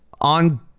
On